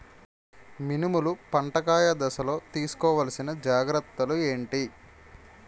మినుములు పంట కాయ దశలో తిస్కోవాలసిన జాగ్రత్తలు ఏంటి?